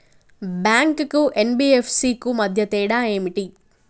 Bank కు NBFC కు మధ్య తేడా ఏమిటి?